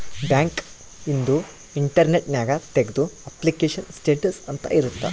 bank ಇಂದು internet ನ್ಯಾಗ ತೆಗ್ದು ಅಪ್ಲಿಕೇಶನ್ ಸ್ಟೇಟಸ್ ಅಂತ ಇರುತ್ತ